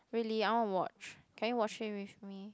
really I wanna watch can you watch it with me